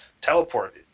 Teleport